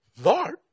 Lord